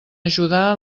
ajudar